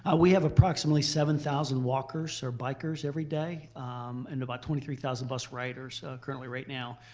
ah we have approximately seven thousand walkers or bikers everyday and about twenty three thousand bus riders currently right now.